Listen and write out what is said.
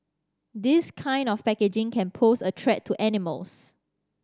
this kind of packaging can pose a track to animals